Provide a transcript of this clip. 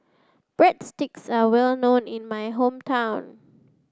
Breadsticks are well known in my hometown